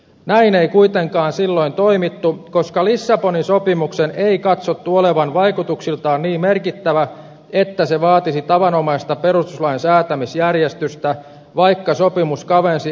näin ei kuitenkaan silloin toimittu koska lissabonin sopimuksen ei katsottu olevan vaikutuksiltaan niin merkittävä että se vaatisi tavanomaista perustuslain säätämisjärjestystä vaikka sopimus kavensi eduskunnan lainsäädäntövaltaa